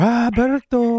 Roberto